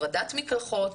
הפרדת מקלחות,